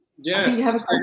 Yes